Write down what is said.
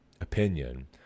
opinion